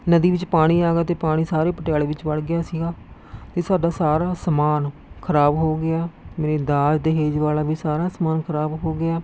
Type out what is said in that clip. ਨਦੀ ਵਿੱਚ ਪਾਣੀ ਆ ਗਿਆ ਅਤੇ ਪਾਣੀ ਸਾਰੇ ਪਟਿਆਲੇ ਵਿੱਚ ਵੜ੍ਹ ਗਿਆ ਸੀ ਅਤੇ ਸਾਡਾ ਸਾਰਾ ਸਮਾਨ ਖਰਾਬ ਹੋ ਗਿਆ ਮੇਰੇ ਦਾਜ ਦਹੇਜ ਵਾਲਾ ਵੀ ਸਾਰਾ ਸਮਾਨ ਖਰਾਬ ਹੋ ਗਿਆ